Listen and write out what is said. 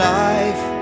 life